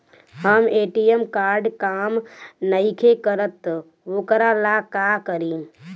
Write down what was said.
हमर ATM card काम नईखे करत वोकरा ला का करी?